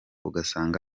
ugasanga